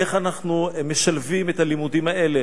איך אנחנו משלבים את הלימודים האלה